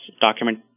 document